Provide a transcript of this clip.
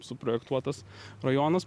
suprojektuotas rajonas